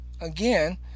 again